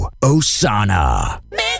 Osana